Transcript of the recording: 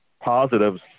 positives